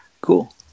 Cool